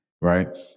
right